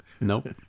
Nope